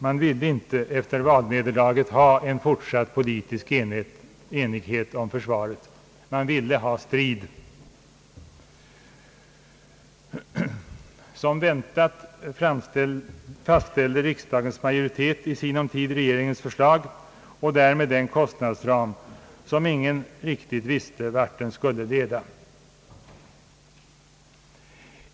Man ville inte efter valnederlaget ha en fortsatt politisk enighet om försvaret. Man ville ha strid. Som väntat fastställde riksdagens majoritet i sinom tid regeringens förslag och därmed den kostnadsram som ingen riktigt visste vart den skulle leda.